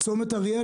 צומת אריאל,